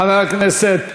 חבר הכנסת חסון,